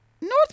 North